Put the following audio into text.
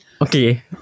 Okay